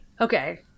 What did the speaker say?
okay